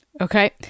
Okay